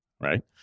right